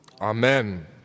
Amen